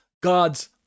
God's